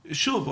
שוב,